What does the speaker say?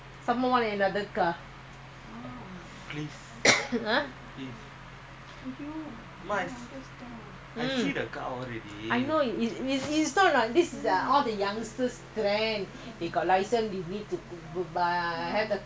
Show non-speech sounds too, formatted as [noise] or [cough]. I know is is is not like this this is all the youngsters trend you got license you need to buy have the car show friend show off [noise] I know your character is like that you want to use the car saturday sunday you can use lah